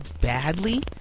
badly